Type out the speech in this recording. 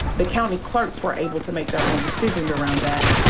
the county clerks were able to make their own decisions around that.